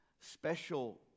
special